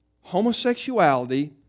homosexuality